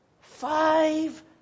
Five